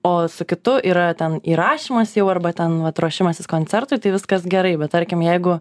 o su kitu yra ten įrašymas jau arba ten vat ruošimasis koncertui tai viskas gerai bet tarkim jeigu